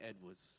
Edwards